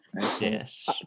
Yes